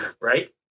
right